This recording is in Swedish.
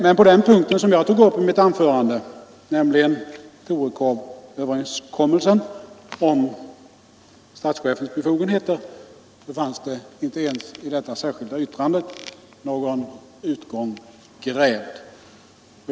Men på den punkt som jag tog upp i mitt anförande, nämligen Torekovöverenskommelsen om statschefens befogenheter, fanns det inte ens i det särskilda yttrandet någon utgång grävd.